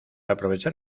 aprovechar